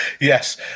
yes